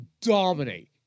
dominate